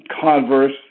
converse